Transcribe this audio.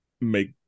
make